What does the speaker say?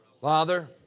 Father